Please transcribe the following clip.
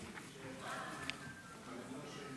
כבוד השר,